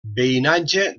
veïnatge